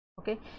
okay